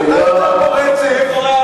אתה יוצר פה רצף.